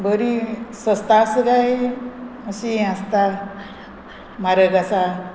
बरी सस्ता आसता गाय मातशीं हें आसता म्हारग आसा